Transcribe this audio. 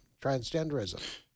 transgenderism